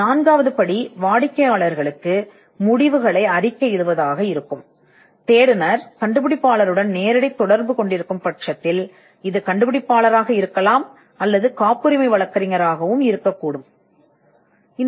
நான்காவது படி வாடிக்கையாளருக்கு முடிவுகளை அறிக்கையிடுவதாக இருக்கும் இது கண்டுபிடிப்பாளராக இருக்கலாம் தேடுபவர் நேரடியாக கண்டுபிடிப்பாளர் அல்லது காப்புரிமை வழக்கறிஞருடன் கையாண்டால்